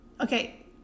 Okay